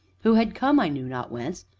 who had come i knew not whence,